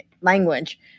language